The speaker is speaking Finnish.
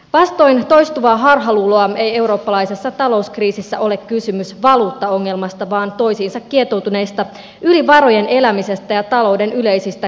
vastoin toistuvaa harhaluuloa ei eurooppalaisessa talouskriisissä ole kysymys valuuttaongelmasta vaan toisiinsa kietoutuneista yli varojen elämisestä ja talouden yleisistä kilpailukykyongelmista